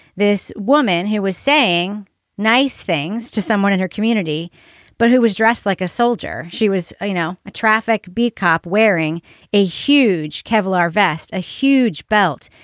this woman who was saying nice things to someone in her community but who was dressed like a soldier. she was, you know, a traffic beat cop wearing a huge kevlar vest, a huge belt,